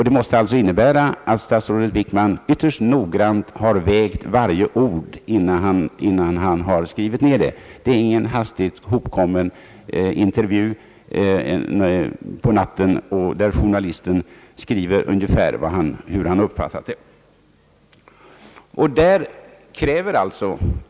Det måste alltså innebära att statsrådet Wickman ytterst noggrant har vägt varje ord innan han har skrivit ned det. Det är ingen intervju som har blivit hastigt hopkommen under natten, där journalisten skriver ungefär såsom han har uppfattat uttalandena.